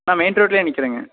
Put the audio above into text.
நான் மெயின் ரோட்டிலே நிற்கிறேங்க